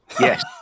Yes